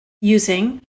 using